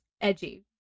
edgy